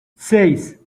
seis